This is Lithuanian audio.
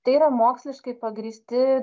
tai yra moksliškai pagrįsti